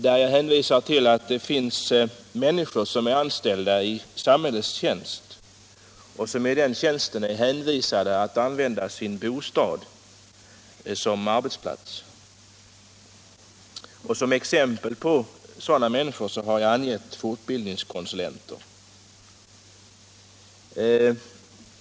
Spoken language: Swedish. Där hänvisar jag till att det finns människor som är anställda i samhällets tjänst och som i den tjänsten är hänvisade att använda sin bostad som arbetsplats. Som exempel på sådana människor har jag angivit fortbildningskonsulenter.